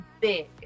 big